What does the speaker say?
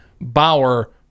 Bauer